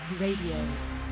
Radio